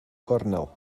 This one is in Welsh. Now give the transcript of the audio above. gornel